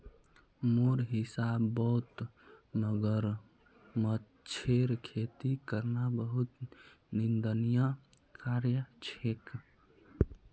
मोर हिसाबौत मगरमच्छेर खेती करना बहुत निंदनीय कार्य छेक